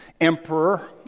emperor